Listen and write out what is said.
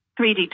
3D